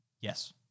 Yes